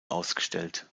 ausgestellt